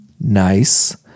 Nice